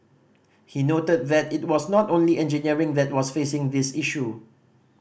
he noted that it was not only engineering that was facing this issue